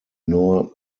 nor